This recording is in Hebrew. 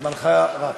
זמנך רץ.